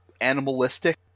animalistic